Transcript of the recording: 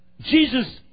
Jesus